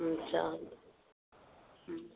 हूं अच्छा